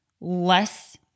less